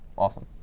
awesome,